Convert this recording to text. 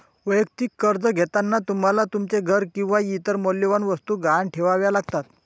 वैयक्तिक कर्ज घेताना तुम्हाला तुमचे घर किंवा इतर मौल्यवान वस्तू गहाण ठेवाव्या लागतात